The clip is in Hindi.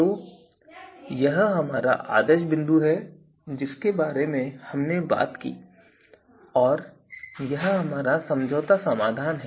तो यह हमारा आदर्श बिंदु है जिसके बारे में हमने बात की और यह हमारा समझौता समाधान है